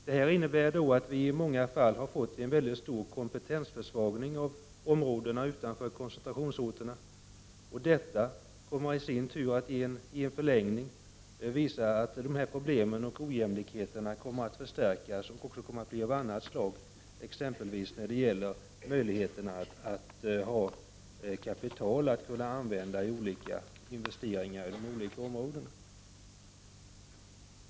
Detta innebär också att vi i många fall har fått en stor kompetensförsvagning av områdena utanför koncentrationsorterna, vilket i sin tur i en förlängning gör att problemen och ojämlikheterna i detta avseende förstärks eller tar en annan form, t.ex. när det gäller möjligheterna att få tillgång till kapital för investeringar i de olika områdena.